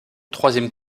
troisième